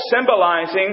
symbolizing